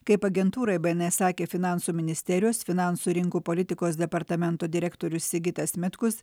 kaip agentūrai bns sakė finansų ministerijos finansų rinkų politikos departamento direktorius sigitas mitkus